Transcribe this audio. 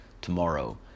tomorrow